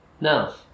No